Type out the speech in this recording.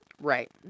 Right